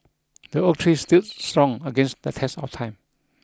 the oak tree stood strong against the test of time